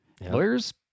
Lawyers